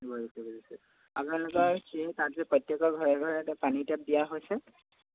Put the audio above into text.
আপোনালোকৰ সেই তাত যে প্ৰত্যেকৰ ঘৰে ঘৰে এটা পানীৰ টেপ দিয়া হৈছে